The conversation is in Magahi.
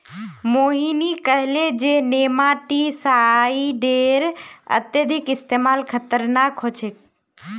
मोहिनी कहले जे नेमाटीसाइडेर अत्यधिक इस्तमाल खतरनाक ह छेक